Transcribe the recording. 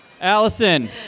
Allison